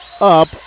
up